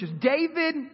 David